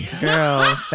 girl